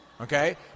Okay